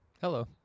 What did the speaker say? Hello